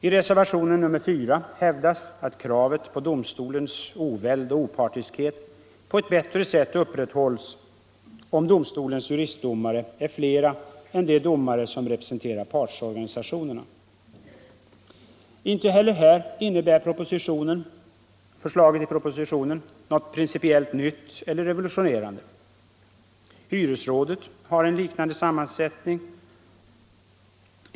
I reservationen 4 hävdas att kravet på domstolens oväld och opartiskhet på ett bättre sätt upprätthålls om domstolens juristdomare är flera än de domare som representerar partsorganisationerna. Inte heller här innebär förslaget i propositionen något principiellt nytt eller revolutionerande. Hyresrådet har en liknande sammansättning.